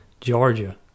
Georgia